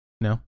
No